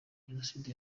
jenoside